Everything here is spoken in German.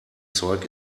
zeug